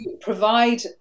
provide